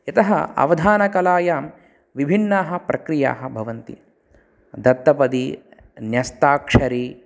यतः अवधानकलायां विभिन्नाः प्रक्रियाः भवन्ति दत्तपदी न्यस्थाक्षरी